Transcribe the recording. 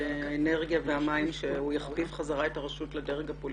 האנרגיה והמים שהוא יכפוף בחזרה את הרשות לדרג הפוליטי,